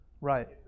Right